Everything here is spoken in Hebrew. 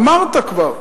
אמרת כבר.